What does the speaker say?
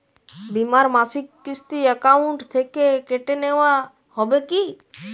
বিমার মাসিক কিস্তি অ্যাকাউন্ট থেকে কেটে নেওয়া হবে কি?